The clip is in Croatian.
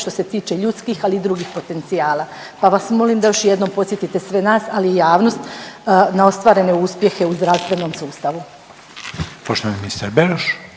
što se tiče ljudskih, ali i drugih potencijala. Pa vas molim da još jednom podsjetite sve nas, ali i javnost na ostvarene uspjehe u zdravstvenom sustavu. **Reiner,